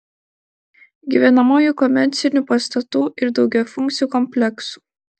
gyvenamųjų komercinių pastatų ir daugiafunkcių kompleksų